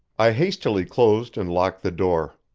i hastily closed and locked the door.